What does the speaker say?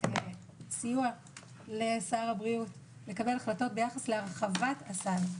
סיוע לשר הבריאות לקבל החלטות ביחס להרחבת הסל,